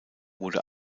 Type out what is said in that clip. wurde